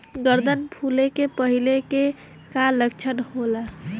गर्दन फुले के पहिले के का लक्षण होला?